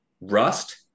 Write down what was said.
Rust